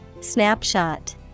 Snapshot